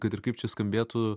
kad ir kaip čia skambėtų